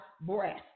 breath